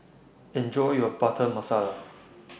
Enjoy your Butter Masala